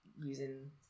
using